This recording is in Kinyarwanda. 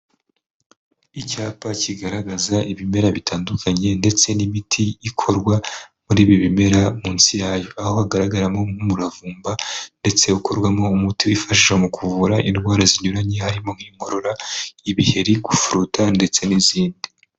Icyapa kigaragaza ibimera bitandukanye ndetse n'imiti ikorwa muri ibi bimera munsi yayo, aho hagaragaramo nk'umuravumba, ndetse ukorwamo umuti wifashishwa mu kuvura indwara zinyuranye, harimo nk'inkorora, ibiheri, gufuruta ndetse n'izindi.